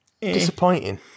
disappointing